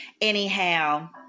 Anyhow